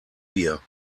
wir